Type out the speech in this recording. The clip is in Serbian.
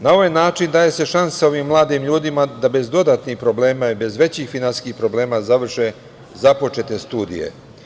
Na ovaj način se daje šansa ovim mladim ljudima da bez dodatnih problema i bez većih finansijskih problema završe započete studije.